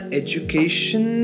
education